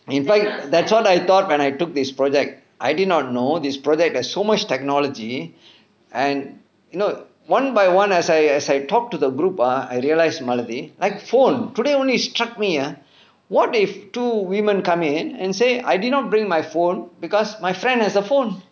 in fact that's what I thought when I took this project I did not know this project there's so much technology and no one by one as I as I talked to the group ah I realised malathi my phone today only struck me ah what if two women come in and say I did not bring my phone because my friend has a phone